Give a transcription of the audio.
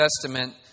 Testament